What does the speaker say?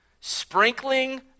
sprinkling